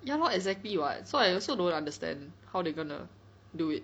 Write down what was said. ya lor exactly what so I also don't understand how they're gonna do it